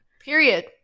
Period